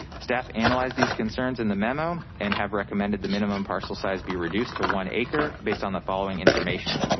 staff analyze these concerns in the memo and have recommended the minimum parcel size be reduced to one acre based on the following information.